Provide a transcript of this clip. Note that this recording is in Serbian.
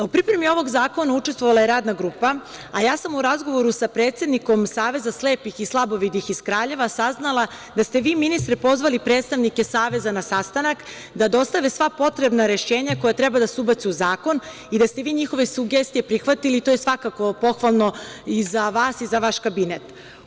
U pripremi ovog zakona učestvovala je Radna grupa, a ja sam u razgovoru sa predsednikom Saveza slepih i slabovidih iz Kraljeva saznala da ste vi, ministre, pozvali predstavnike Saveza na sastanak, da dostave sva potrebna rešenja koja treba da se ubace u zakon i da ste vi njihove sugestije prihvatili, što je svakako pohvalno za vas i za vaš kabinet.